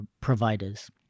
providers